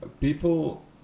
people